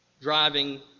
driving